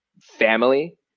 family